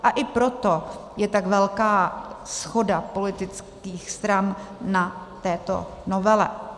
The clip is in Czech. A i proto je tak velká shoda politických stran na této novele.